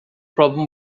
problem